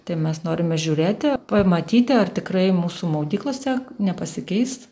tai mes norime žiūrėti pamatyti ar tikrai mūsų maudyklose nepasikeis